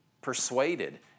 persuaded